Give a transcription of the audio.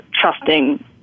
trusting